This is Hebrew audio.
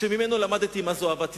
שממנו למדתי מה זו אהבת ישראל,